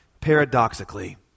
paradoxically